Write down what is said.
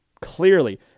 clearly